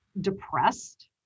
depressed